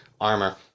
armor